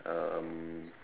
um